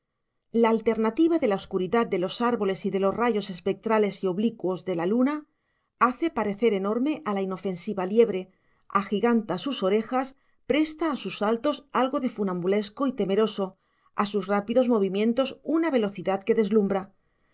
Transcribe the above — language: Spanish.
la alternativa de la oscuridad de los árboles y de los rayos espectrales y oblicuos de la luna hace parecer enorme a la inofensiva liebre agiganta sus orejas presta a sus saltos algo de funambulesco y temeroso a sus rápidos movimientos una velocidad que deslumbra